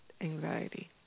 anxiety